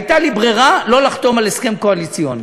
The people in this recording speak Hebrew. הייתה לי ברירה, לא לחתום על הסכם קואליציוני.